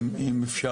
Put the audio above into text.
וגם בשביל האזרחים.